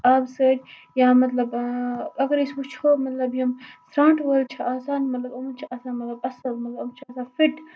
آبہٕ سۭتۍ یا مطلب اَگر أسۍ وُچھو مطلب یِم سرانٹھ وٲلۍ چھُ آسان مطلب یِمَن چھِ آسان مطلب اَصٕل مطلب یِم چھِ آسان فِٹ